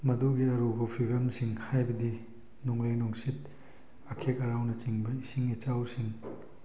ꯃꯗꯨꯒꯤ ꯑꯔꯨꯕ ꯐꯤꯕꯝꯁꯤꯡ ꯍꯥꯏꯕꯗꯤ ꯅꯣꯡꯂꯩ ꯅꯨꯡꯁꯤꯠ ꯑꯈꯦꯛ ꯑꯔꯥꯎꯅꯆꯤꯡꯕ ꯏꯁꯤꯡ ꯏꯆꯥꯎꯁꯤꯡ